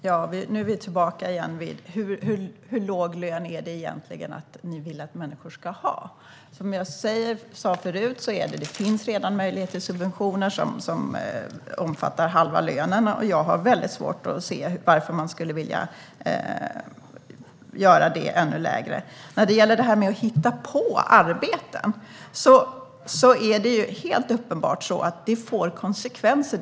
Herr talman! Nu är vi tillbaka i frågan hur låg lön ni egentligen vill att människor ska ha. Som jag sa förut finns det redan möjlighet till subventioner som omfattar halva lönen. Jag har väldigt svårt att se varför man skulle vilja sätta den ännu lägre. När det gäller detta med att hitta på arbeten är det helt uppenbart att det får konsekvenser.